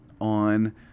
on